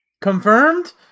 Confirmed